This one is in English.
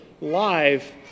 live